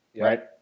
Right